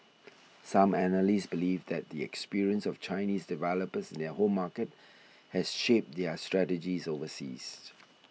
some analysts believe that the experience of Chinese developers their home market has shaped their strategies overseas